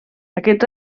aquests